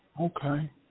Okay